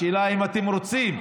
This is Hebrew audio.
השאלה היא אם אתם רוצים.